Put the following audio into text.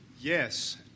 Yes